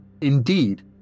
Indeed